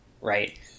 Right